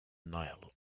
nile